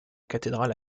cathédrale